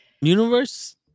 universe